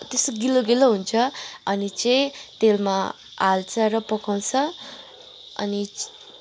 त्यस्तो गिलो गिलो हुन्छ अनि चाहिँ तेलमा हाल्छ र पकाउँछ अनि